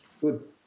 Good